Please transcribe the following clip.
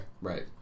Right